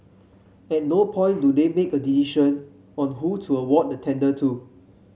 at no point do they make a decision on who to award the tender to